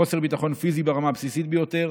חוסר ביטחון פיזי ברמה הבסיסית ביותר,